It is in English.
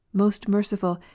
most merciful,